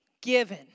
given